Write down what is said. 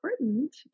important